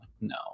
No